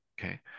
Okay